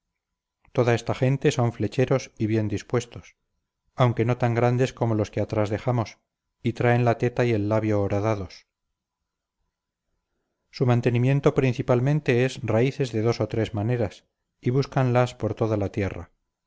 toda esta gente son flecheros y bien dispuestos aunque no tan grandes como los que atrás dejamos y traen la teta y el labio horadados su mantenimiento principalmente es raíces de dos o tres maneras y búscanlas por toda la tierra